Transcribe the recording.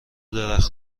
درخت